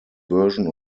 version